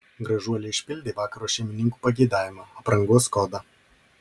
gražuolė išpildė vakaro šeimininkų pageidavimą aprangos kodą